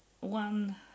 one